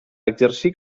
exercir